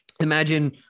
imagine